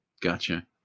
Gotcha